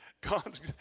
God's